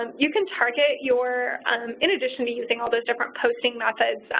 um you can target your in addition to using all those different posting methods,